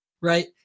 Right